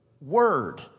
word